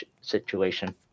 situation